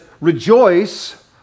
Rejoice